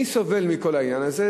מי סובל מכל העניין הזה?